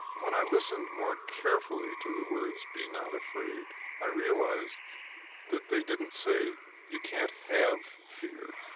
when i listened more carefully to the words be not afraid i realized that they didn't say you can't have fear.